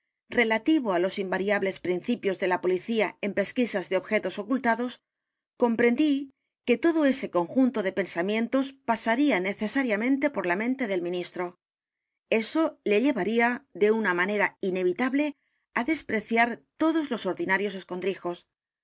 relativo á los invariables principios de la policía en pesquisas dé objetos ocultados comprendí que todo ese conjunto de pensamientos pasar í a necesariamente por la mente del ministro eso le llevaría de una manera inevitable á despreciar todos los ordinarios escondrijos